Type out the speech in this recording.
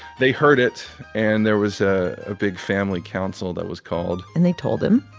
they heard it. and there was a ah big family council that was called and they told him.